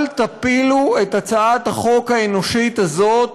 אל תפילו את הצעת החוק האנושית הזאת